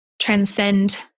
transcend